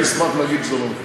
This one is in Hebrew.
אני אשמח להגיד שזה לא נכון.